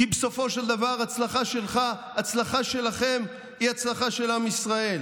כי בסופו של דבר הצלחה שלכם היא הצלחה של עם ישראל.